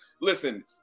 listen